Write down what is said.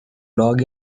log